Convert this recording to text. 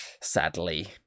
sadly